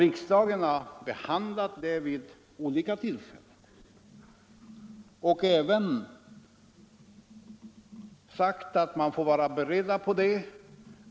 Riksdagen har behandlat den saken vid olika tillfällen och sagt att vi får vara beredda på detta.